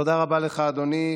תודה רבה לך, אדוני.